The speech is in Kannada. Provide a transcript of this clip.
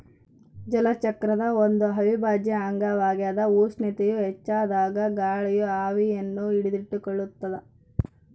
ಜಲಚಕ್ರದ ಒಂದು ಅವಿಭಾಜ್ಯ ಅಂಗವಾಗ್ಯದ ಉಷ್ಣತೆಯು ಹೆಚ್ಚಾದಾಗ ಗಾಳಿಯು ಆವಿಯನ್ನು ಹಿಡಿದಿಟ್ಟುಕೊಳ್ಳುತ್ತದ